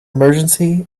emergency